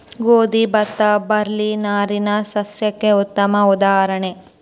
ಗೋದಿ ಬತ್ತಾ ಬಾರ್ಲಿ ನಾರಿನ ಸಸ್ಯಕ್ಕೆ ಉತ್ತಮ ಉದಾಹರಣೆ